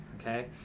okay